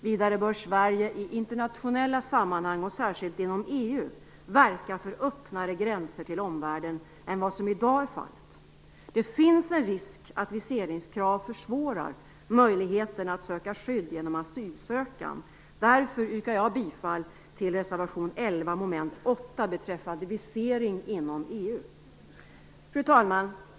Vidare bör Sverige i internationella sammanhang och särskilt inom EU verka för öppnare gränser till omvärlden än vad som i dag är fallet. Det finns en risk att viseringskrav försvårar möjligheten att söka skydd genom asylansökan. Jag yrkar därför bifall till reservation 11 mom. 8 beträffande visering inom EU. Fru talman!